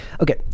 okay